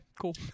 cool